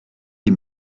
les